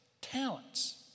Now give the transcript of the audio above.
talents